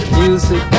music